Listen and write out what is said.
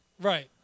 Right